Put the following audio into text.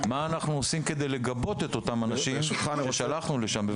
מה אנחנו עושים כדי לגבות את אותם אנשים ששלחנו לשם?